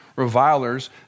Revilers